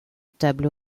table